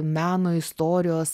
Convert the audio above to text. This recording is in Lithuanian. meno istorijos